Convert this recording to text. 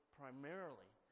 primarily